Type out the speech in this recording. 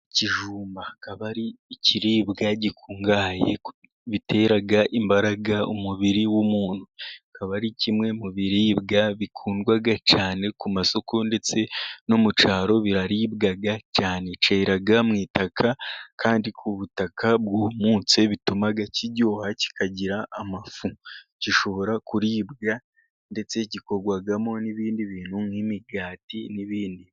Ikijumba akaba ari ikiribwa gikungahaye ku bitera imbaraga umubiri w'umuntu, akaba ari kimwe mu biribwa bikundwa cyane ku masoko ndetse no mu cyaro biraribwa cyane, cyera mu itaka kandi ku butaka bwumutse bituma kiryoha kikagira amafu, gishobora kuribwa ndetse gikorwamo n'ibindi bintu nk'imigati n'ibindi.